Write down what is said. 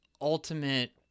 ultimate